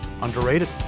Underrated